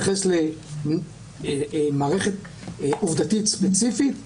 על הבסיס הזה,